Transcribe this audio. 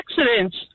accidents